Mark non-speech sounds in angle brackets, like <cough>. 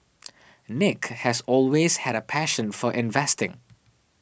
<noise> nick has always had a passion for investing